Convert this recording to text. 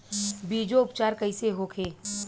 बीजो उपचार कईसे होखे?